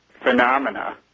phenomena